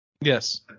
Yes